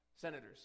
Senators